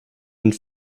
and